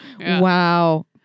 Wow